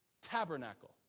tabernacle